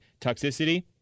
toxicity